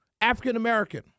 African-American